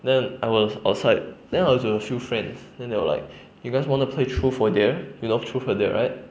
then I was outside then I was with a few friends then they were like you guys want to play truth or dare you know truth or dare right